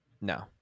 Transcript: No